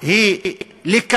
אפשר לעשות את זה גם היום, דרך